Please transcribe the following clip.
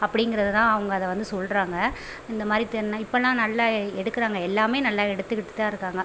அப்படிங்கிறத தான் அவங்க அதை வந்து சொல்கிறாங்க இந்த மாதிரி தென்ன இப்போலாம் நல்லா எடுக்கிறாங்க எல்லாமே நல்லா எடுத்துக்கிட்டு தான் இருக்காங்க